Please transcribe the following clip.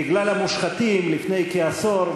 בגלל המושחתים לפני כעשור,